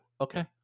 Okay